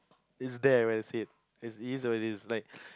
is there what I said as it is what it is like